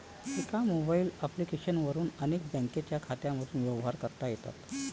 एका mobile application वरून अनेक बँक खात्यांमधून व्यवहार करता येतात